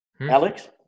Alex